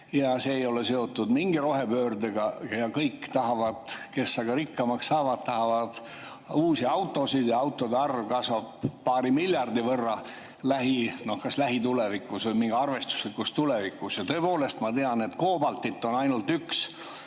See ei ole seotud mingi rohepöördega. Kõik, kes aga rikkamaks saavad, tahavad uusi autosid. Autode arv kasvab paari miljardi võrra kas lähitulevikus või mingis arvestuslikus tulevikus. Ja tõepoolest, ma tean, et on õieti ainult üks